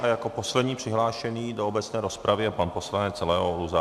A jako poslední přihlášený do obecné rozpravy je pan poslanec Leo Luzar.